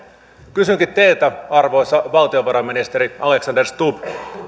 kysynkin teiltä arvoisa valtiovarainministeri alexander stubb